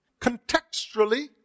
Contextually